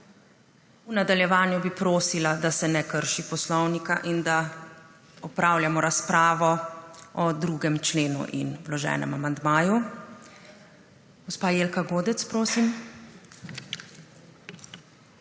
V nadaljevanju bi prosila, da se ne krši poslovnika in da opravljamo razpravo o 2. členu in vloženem amandmaju. Gospa Jelka Godec, prosim.